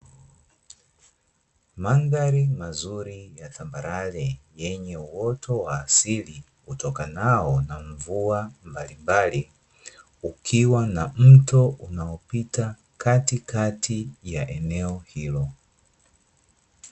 Mandhari mazuri ya tambarare yenye uoto wa asili, utokanao na mvua mbalimbali, ukiwa na mto unaopita katikati ya eneo hilo.